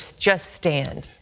so just stand.